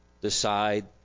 decide